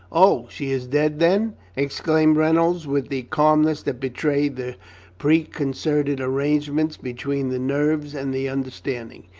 oh, she is dead, then? exclaimed reynolds, with the calmness that betrayed the preconcerted arrange ment between the nerves and the understanding.